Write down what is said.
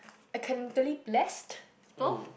academically blessed people